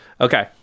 Okay